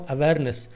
Awareness